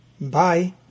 Bye